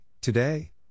today